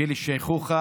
( בגיל הזקנה,